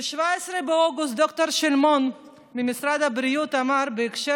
ב-17 באוגוסט ד"ר שלמון ממשרד הבריאות אמר בהקשר